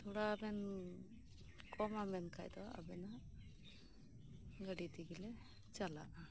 ᱛᱷᱚᱲᱟ ᱵᱮᱱ ᱠᱚᱢᱟ ᱢᱮᱱᱠᱷᱟᱡ ᱫᱚ ᱟᱵᱮᱱᱟᱜ ᱜᱟᱹᱰᱤ ᱛᱮᱜᱮᱞᱮ ᱪᱟᱞᱟᱜᱼᱟ